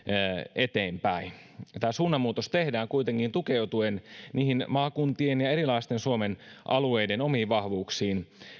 eteenpäin tämä suunnanmuutos tehdään kuitenkin niihin maakuntien ja erilaisten suomen alueiden omiin vahvuuksiin